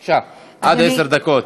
בבקשה, עד עשר דקות.